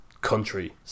country